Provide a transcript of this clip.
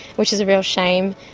which is real shame.